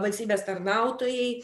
valstybės tarnautojai